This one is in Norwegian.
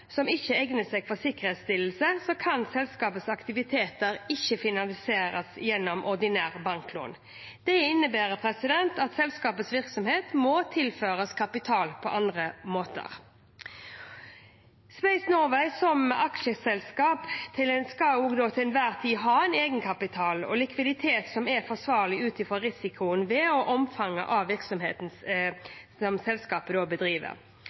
som ikke egner seg for sikkerhetsstillelse, kan selskapets aktiviteter ikke finansieres gjennom ordinære banklån. Det innebærer at selskapets virksomhet må tilføres kapital på andre måter. Space Norway skal som aksjeselskap til enhver tid ha en egenkapital og likviditet som er forsvarlig ut fra risikoen ved og omfanget av virksomheten som selskapet bedriver.